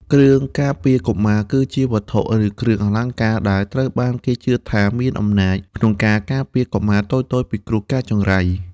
គ្រឿងការពារកុមារ គឺជាវត្ថុ ឬគ្រឿងអលង្ការដែលត្រូវបានគេជឿថាមានអំណាចក្នុងការការពារកុមារតូចៗពីគ្រោះកាចចង្រៃ។